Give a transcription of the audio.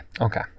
Okay